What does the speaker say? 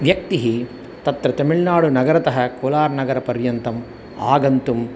व्यक्तिः तत्र तमिळ्नाडु नगरतः कोलार्नगरपर्यन्तम् आगन्तुं